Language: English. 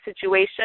situation